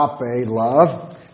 love